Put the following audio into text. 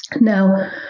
Now